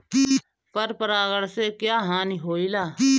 पर परागण से क्या हानि होईला?